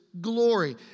glory